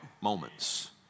moments